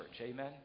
Amen